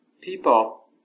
people